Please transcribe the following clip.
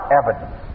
evidence